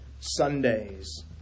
Sundays